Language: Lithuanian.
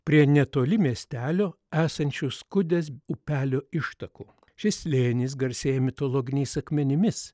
prie netoli miestelio esančių skudės upelio ištakų šis slėnis garsėja mitologiniais akmenimis